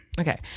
okay